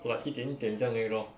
like 一点点这样而已 lor